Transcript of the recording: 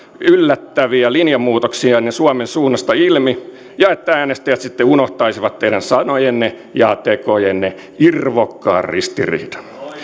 yllättäviä linjanmuutoksianne suomen suunnasta ilmi ja että äänestäjät sitten unohtaisivat teidän sanojenne ja tekojenne irvokkaan ristiriidan